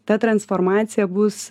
ta transformacija bus